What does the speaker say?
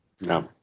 no